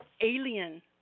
alien